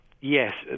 yes